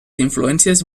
influències